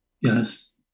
yes